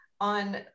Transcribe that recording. on